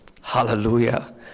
Hallelujah